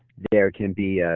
there can be